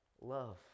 love